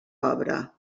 obra